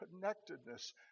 connectedness